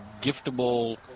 giftable